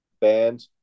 band